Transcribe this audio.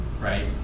right